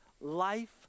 life